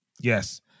Yes